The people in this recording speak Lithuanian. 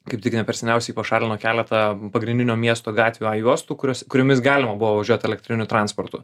kaip tik ne per seniausiai pašalino keletą pagrindinio miesto gatvių a juostų kurios kuriomis galima buvo važiuot elektriniu transportu